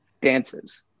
dances